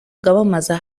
bwamamaza